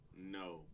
No